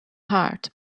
heart